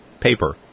paper